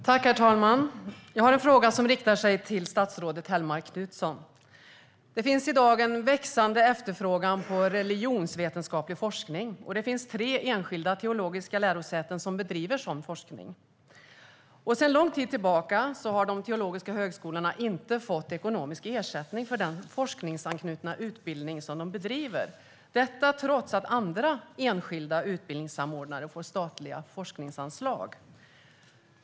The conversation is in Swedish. Herr talman! Jag har en fråga till statsrådet Hellmark Knutsson. Det finns i dag en växande efterfrågan på religionsvetenskaplig forskning, och det finns tre enskilda teologiska lärosäten som bedriver sådan forskning. Sedan lång tid tillbaka har de teologiska högskolorna inte fått ekonomisk ersättning för den forskningsanknutna utbildning som de bedriver, detta trots att andra enskilda utbildningssamordnare får statliga forskningsanslag.